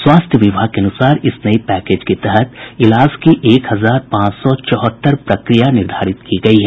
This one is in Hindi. स्वास्थ्य विभाग के अुनसार इस नये पैकेज के तहत इलाज की एक हजार पांच सौ चौहत्तर प्रक्रिया निर्धारित की गई है